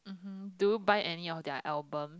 mmhmm do you buy any of their album